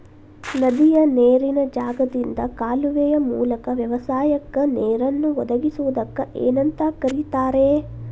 ನದಿಯ ನೇರಿನ ಜಾಗದಿಂದ ಕಾಲುವೆಯ ಮೂಲಕ ವ್ಯವಸಾಯಕ್ಕ ನೇರನ್ನು ಒದಗಿಸುವುದಕ್ಕ ಏನಂತ ಕರಿತಾರೇ?